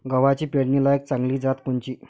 गव्हाची पेरनीलायक चांगली जात कोनची?